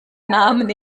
namen